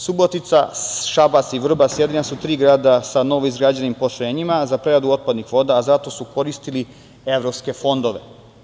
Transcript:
Subotica, Šabac i Vrbas su jedina tri grada sa novoizgrađenim postrojenjima za preradu otpadnih voda, a za to su koristili evropske fondove.